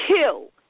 kill